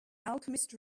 alchemist